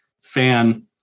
fan